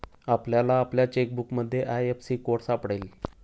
आपल्याला आपल्या चेकबुकमध्ये आय.एफ.एस.सी कोड सापडेल